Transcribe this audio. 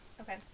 Okay